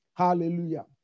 Hallelujah